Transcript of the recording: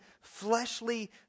fleshly